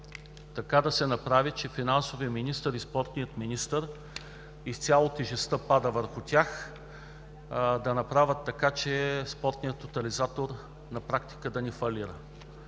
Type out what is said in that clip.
Така да се направи, че финансовият и спортният министър – тежестта пада изцяло върху тях, да направят така, че спортният тотализатор на практика да не фалира.